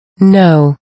No